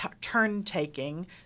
turn-taking